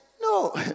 no